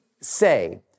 say